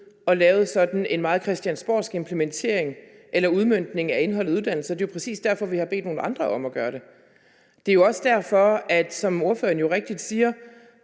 og lavet sådan en meget christiansborgsk implementering eller udmøntning af indholdet i uddannelserne. Det er jo præcis derfor, vi har bedt nogle andre om at gøre det. Det er jo også derfor, som ordføreren jo rigtigt siger,